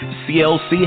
clc